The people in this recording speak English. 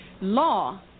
law